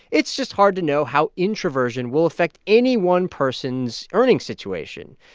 it's just hard to know how introversion will affect any one person's earning situation.